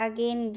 Again